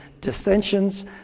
dissensions